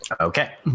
Okay